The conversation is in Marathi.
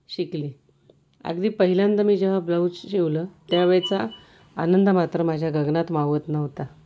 शिकले अगदी पहिल्यांदा मी जेव्हा ब्लाउज शिवलं त्यावेळचा आनंद मात्र माझ्या गगनात मावत नव्हता